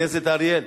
אריאל,